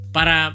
Para